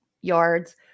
yards